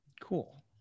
Cool